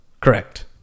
correct